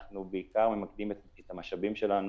אנחנו ממקדים את המשאבים שלנו,